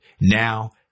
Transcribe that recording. Now